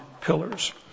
pillars